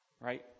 Right